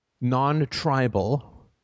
non-tribal